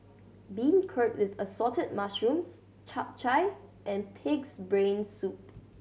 beancurd with Assorted Mushrooms Chap Chai and Pig's Brain Soup